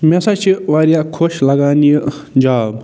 مےٚ ہسا چھِ واریاہ خۄش لگان یہِ جاب